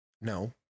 No